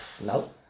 No